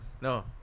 No